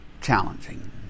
challenging